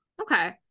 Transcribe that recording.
Okay